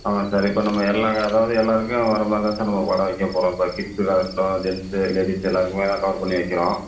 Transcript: ஆ சரி இப்போ நம்ம எல்லா அதாவது எல்லாேருக்கும் வர மாதிரிதான் சார் நம்ம கடை வைக்க போகிறோம் இப்போ கிட்ஸுக்காக இருக்கட்டும் ஜென்ஸு லேடிஸ் எல்லாேருக்குமே தான் கவர் பண்ணி வைக்கிறோம்